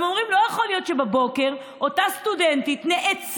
הם אומרים לא יכול להיות שבבוקר אותה סטודנטית נעצרה